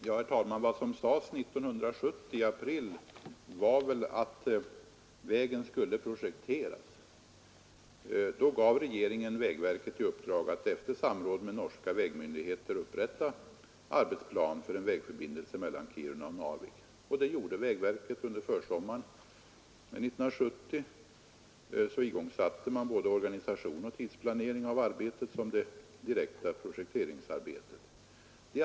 Herr talman! Vad som sades i april 1970 var väl att vägen skulle projekteras. Då gav regeringen vägverket i uppdrag att efter samråd med norska vägmyndigheter upprätta en arbetsplan för en vägförbindelse mellan Kiruna och Narvik. Det gjorde vägverket. Under försommaren 1970 igångsattes såväl organisationsoch tidsplanering av arbetet som det direkta projekteringsarbetet.